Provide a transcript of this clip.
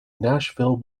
nashville